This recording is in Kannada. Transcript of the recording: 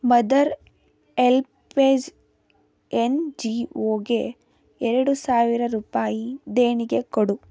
ಮದರ್ ಎಲ್ಪೇಜ್ ಎನ್ ಜಿ ಒಗೆ ಎರಡು ರೂಪಾಯಿ ದೇಣಿಗೆ ಕೊಡು